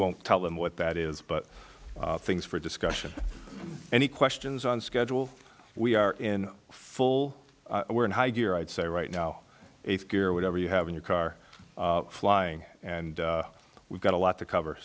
won't tell them what that is but things for discussion any questions on schedule we are in full we're in high gear i'd say right now eighth gear whatever you have in your car flying and we've got a lot to cover